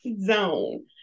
zone